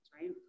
right